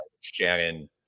Shannon